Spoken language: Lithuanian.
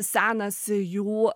senas jų